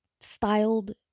styled